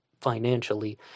financially